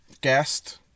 guest